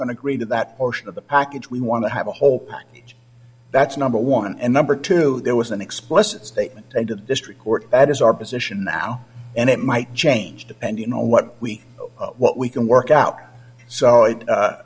going to agree to that ocean of the package we want to have a whole that's number one and number two there was an explicit statement to the district court that is our position now and it might change depending on what we what we can work out so